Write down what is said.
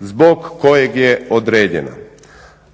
zbog kojeg je određena.